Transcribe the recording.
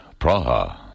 Praha